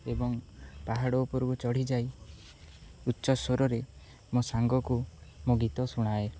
ଏବଂ ପାହାଡ଼ ଉପରକୁ ଚଢ଼ିଯାଇ ଉଚ୍ଚ ସ୍ୱରରେ ମୋ ସାଙ୍ଗକୁ ମୋ ଗୀତ ଶୁଣାଏ